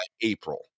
April